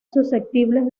susceptibles